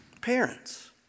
Parents